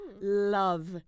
love